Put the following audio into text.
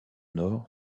nord